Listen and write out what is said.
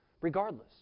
Regardless